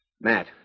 Matt